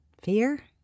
fear